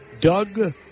Doug